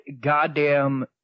goddamn